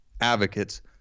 advocates